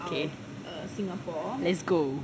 okay let's go